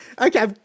Okay